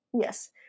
Yes